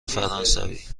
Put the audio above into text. فرانسوی